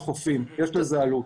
צריך לתחזק את החופים, יש לזה עלות.